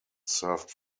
served